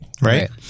Right